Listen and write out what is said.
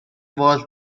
والت